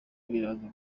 biraza